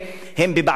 זו אמת.